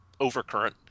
overcurrent